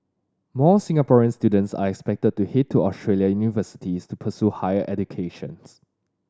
more Singaporean students are expected to head to Australian universities to pursue higher educations